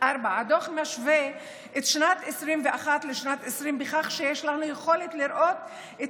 הדוח משווה את שנת 2021 לשנת 2020 בכך שיש לנו יכולת לראות את